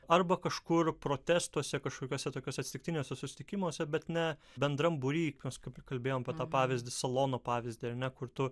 arba kažkur protestuose kažkokiuose tokiuose atsitiktiniuose susitikimuose bet ne bendram būry kas kaip prikalbėjom apie tą pavyzdį salono pavyzdį ar ne kur tu